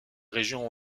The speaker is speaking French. région